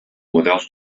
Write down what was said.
models